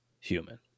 human